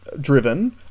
driven